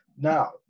Now